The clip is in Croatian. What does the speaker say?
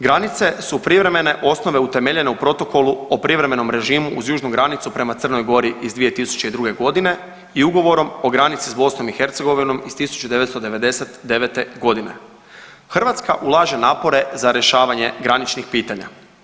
Granice su privremene osnove utemeljene u Protokolu o privremenom režimu uz južnu granicu prema Crnoj Gori iz 2002. g. i Ugovorom o granici s BiH iz 1999. g. Hrvatska ulaže napore za rješavanje graničnih pitanja.